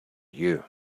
you